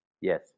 Yes